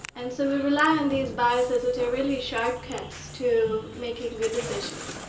and so we rely on these biases which are really shortcuts to making good decisions.